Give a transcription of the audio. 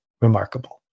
Remarkable